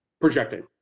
Projecting